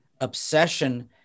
obsession